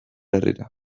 herrira